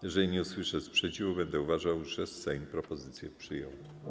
Jeżeli nie usłyszę sprzeciwu, będę uważał, że Sejm propozycję przyjął.